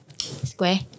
Square